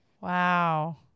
Wow